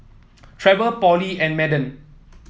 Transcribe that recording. Trevor Polly and Madden